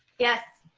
yes.